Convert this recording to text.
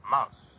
Mouse